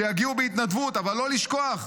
שיגיעו בהתנדבות, אבל לא לשכוח,